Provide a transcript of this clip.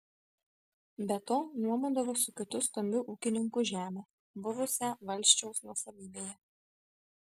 be to nuomodavo su kitu stambiu ūkininku žemę buvusią valsčiaus nuosavybėje